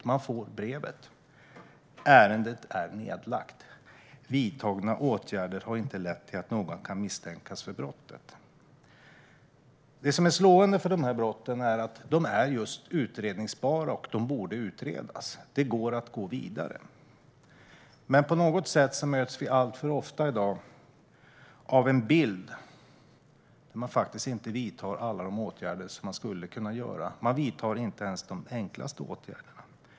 I stället får man brevet: Ärendet är nedlagt. Vidtagna åtgärder har inte lett till att någon kan misstänkas för brottet. Det som är slående med de här brotten är just att de är utredningsbara och borde utredas. Det går att gå vidare. Men i dag möts vi alltför ofta av bilden att man faktiskt inte vidtar alla de åtgärder som man skulle kunna vidta. Man vidtar inte ens de enklaste åtgärderna.